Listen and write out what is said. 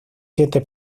siete